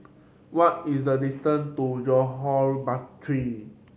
what is the distance to Johore Battery